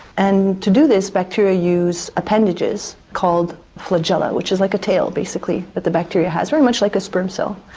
and to do this, bacteria use appendages called flagella, which is like a tail basically that the bacteria has, very much like a sperm cell.